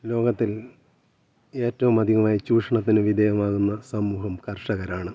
ലോകത്തിൽ ഏറ്റവുമധികമായി ചൂഷണത്തിന് വിധേയമാകുന്ന സമൂഹം കർഷകരാണ്